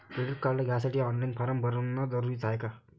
Credit card घ्यासाठी online form भरन जरुरीच हाय का?